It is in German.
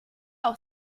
auch